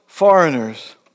Foreigners